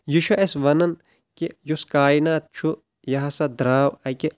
یہِ چھُ اسہِ ونان کہِ یُس کاینات چھُ یہِ ہسا درٛاو اکہِ